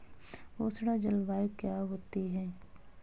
उष्ण जलवायु क्या होती है?